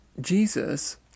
Jesus